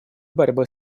борьбы